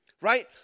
Right